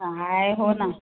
काय हो ना